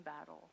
battle